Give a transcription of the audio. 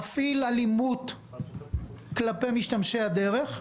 מפעיל אלימות כלפי משתמשי הדרך,